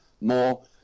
more